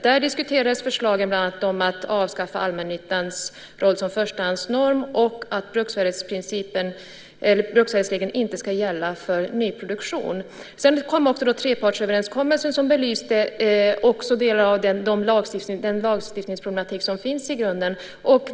Man diskuterade förslag om att avskaffa allmännyttans roll som förstahandsnorm och att bruksvärdesregeln inte ska gälla för nyproduktion. Sedan kom trepartsöverenskommelsen som belyste delar av den lagstiftningsproblematik som finns i grunden.